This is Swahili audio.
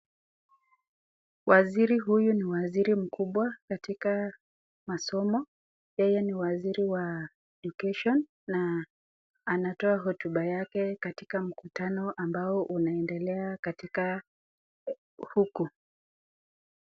Waziri huyu ni waziri mkubwa katika masomo, yeye ni waziri wa education na anatoa hotuba yake katika mkutano ambao unaendelea katika huku.